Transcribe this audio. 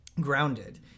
grounded